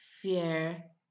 fear